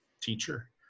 teacher